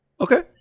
okay